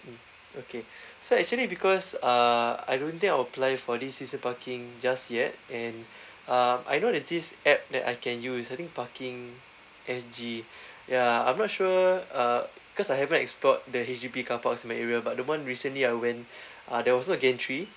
mm okay so actually because uh I don't think I'll apply for this season parking just yet and uh I know there's this app that I can use I think parking S_G ya I'm not sure uh cause I haven't explored the H_D_B car parks at my area but the one recently I went uh there was no gantry